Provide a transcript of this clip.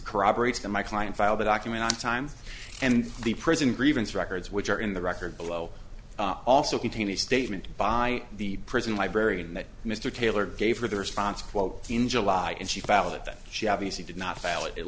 corroborates that my client filed the document on time and the prison grievance records which are in the record below also contain the statement by the prison librarian that mr taylor gave her the response quote in july and she falut that she obviously did not